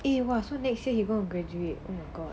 eh !wah! so next year he will graduate oh my god